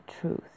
truth